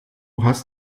hast